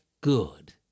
good